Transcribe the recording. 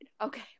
Okay